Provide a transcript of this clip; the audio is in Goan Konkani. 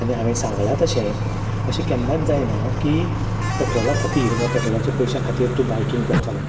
आनी हांवें सांगलां तशें अशें केन्नाच जायना की पेट्रोला खातीर वो पेट्रोलाचो पयशा खातीर तूं बायकींग करचो ना